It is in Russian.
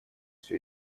все